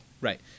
Right